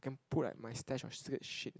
then pull at my stash of slit sheet